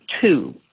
two